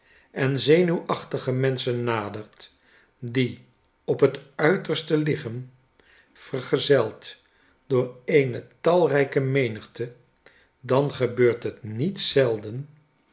en zenuwachtige menschen nadert die op het uiterste liggen verzeld door eene talrijke menigte dan gebeurt het niet zelden